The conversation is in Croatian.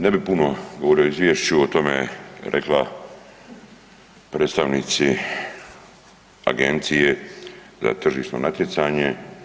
Ne bi puno govorio o izvješću, o tome je rekla predstavnici Agencije za tržišno natjecanje.